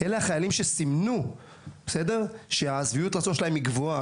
אלה החיילים שסימנו ששביעות הרצון שלה גבוהה,